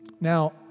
Now